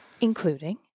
Including